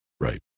Right